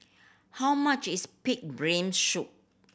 how much is pig brain soup